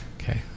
Okay